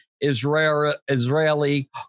Israeli